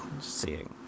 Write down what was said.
seeing